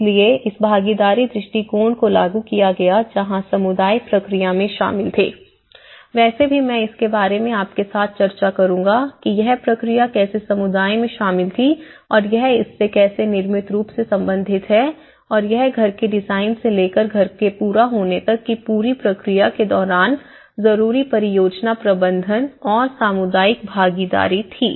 इसलिए इस भागीदारी दृष्टिकोण को लागू किया गया जहां समुदाय प्रक्रिया में शामिल थे वैसे भी मैं इसके बारे में आपके साथ चर्चा करूंगा कि यह प्रक्रिया कैसे समुदाय में शामिल थी और यह इससे कैसे निर्मित रूप से संबंधित है और यह घर के डिजाइन से लेकर घर के पूरा होने तक की पूरी प्रक्रिया के दौरान जरूरी परियोजना प्रबंधन और सामुदायिक भागीदारी थी